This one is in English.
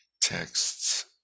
texts